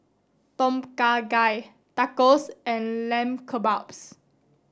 Tom Kha Gai Tacos and Lamb Kebabs